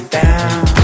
down